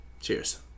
Cheers